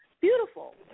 beautiful